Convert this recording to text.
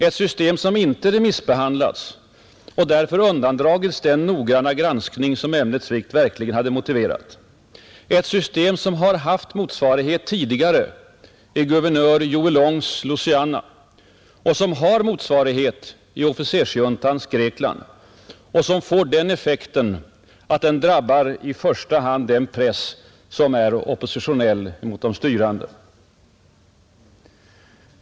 Ett system som inte remissbehandlats och därför undandragits den noggranna granskning som ämnets vikt verkligen hade motiverat. Ett system som haft motsvarighet tidigare i guvenör Huey Longs Louisiana och som har motsvarighet i officersjuntans Grekland och som får den effekten att det drabbar i första hand den press som är oppositionell mot de styrande.